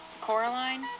Coraline